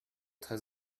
très